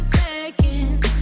seconds